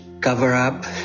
cover-up